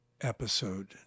episode